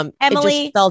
Emily